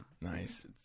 Nice